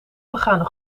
begane